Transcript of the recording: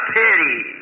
pity